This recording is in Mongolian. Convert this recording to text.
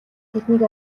тэднийг